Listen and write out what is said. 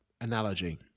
analogy